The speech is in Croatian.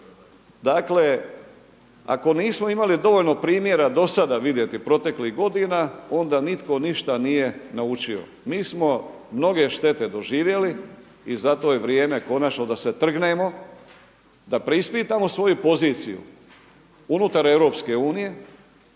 Dakle ako nismo imali dovoljno primjera do sada vidjeti proteklih godina onda nitko ništa nije naučio. Mi smo mnoge štete doživjeli i zato je vrijeme konačno da se trgnemo, da preispitamo svoju poziciju unutar EU u